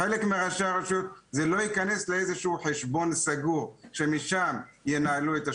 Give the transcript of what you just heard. אצל חלק מהראשי הרשויות זה לא ייכנס לחשבון סגור שמשם ינהלו את השמירה,